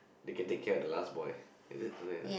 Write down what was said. we can take care at the last boy is it something like that